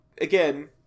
again